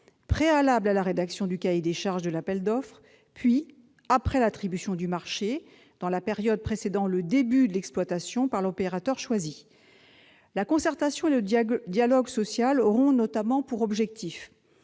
préalable à la rédaction du cahier des charges de l'appel d'offres, puis, après l'attribution du marché, dans la période précédant le début de l'exploitation par l'opérateur choisi. La concertation et le dialogue social auront notamment pour objectif